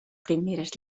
primeres